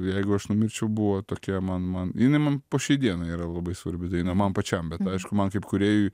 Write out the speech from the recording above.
jeigu aš numečiau buvo tokie man man jinai man po šiai dienai yra labai svarbi daina man pačiam bet aišku man kaip kūrėjui